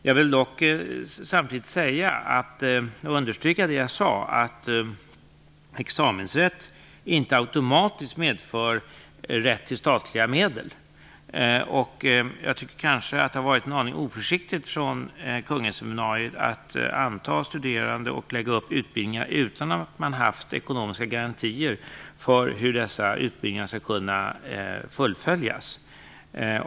Jag vill dock samtidigt understryka det som jag tidigare sade, nämligen att examensrätt inte automatiskt medför rätt till statliga medel. Jag tycker kanske att det varit en aning oförsiktigt av Kungälvsseminariet att anta studerande och lägga upp utbildningar utan att man haft ekonomiska garantier för hur dessa utbildningar skall kunna fullföljas.